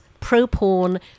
pro-porn